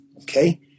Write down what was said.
okay